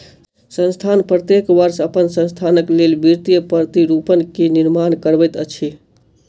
संस्थान प्रत्येक वर्ष अपन संस्थानक लेल वित्तीय प्रतिरूपण के निर्माण करबैत अछि